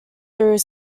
through